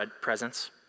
presence